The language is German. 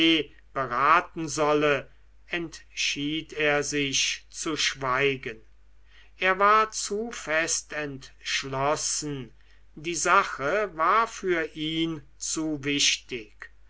beraten solle entschied er sich zu schweigen er war zu fest entschlossen die sache war für ihn zu wichtig